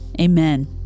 amen